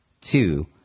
Two